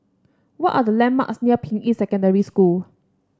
what are the landmarks near Ping Yi Secondary School